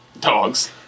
dogs